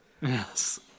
Yes